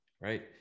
right